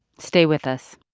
stay with us